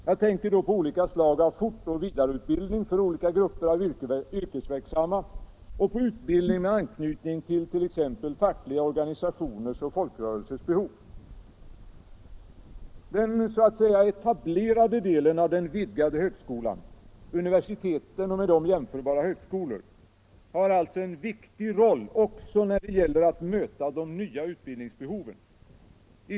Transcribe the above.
Jag tänker då på olika slag av fortoch vidareutbildning för olika grupper av yrkesverksamma och på utbildning med anknytning till t.ex. fackliga organisationers och folkrörelsers behov. Den så att säga etablerade delen av den vidgade högskolan — universiteten och med dem jämförbara högskolor — har alltså en viktig roll också när det gäller att möta de nya utbildningsbehoven.